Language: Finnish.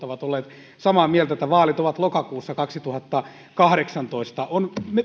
ovat olleet samaa mieltä että vaalit ovat lokakuussa kaksituhattakahdeksantoista on